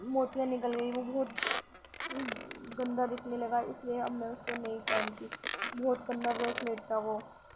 موتیاں نکل گئیں وہ بہت گندہ دکھنے لگا اس لیے اب میں اس کو نہیں پہنتی بہت گندہ بریسلیٹ تھا وہ